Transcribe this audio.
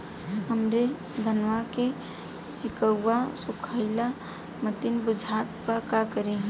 हमरे धनवा के सीक्कउआ सुखइला मतीन बुझात बा का करीं?